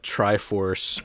Triforce